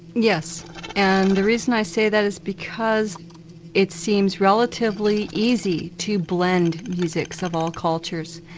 yes and the reason i say that is because it seems relatively easy to blend musics of all cultures.